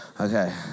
Okay